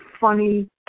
funny